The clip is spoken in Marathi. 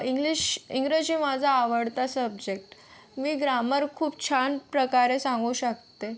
इंग्लिश इंग्रजी माझा आवडता सब्जेक्ट मी ग्रामर खूप छान प्रकारे सांगू शकते